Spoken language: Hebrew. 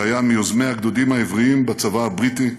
שהיה מיוזמי הגדודים העבריים בצבא הבריטי,